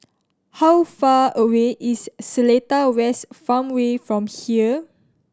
how far away is Seletar West Farmway from here